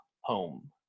home